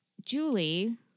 Julie